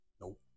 Nope